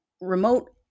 remote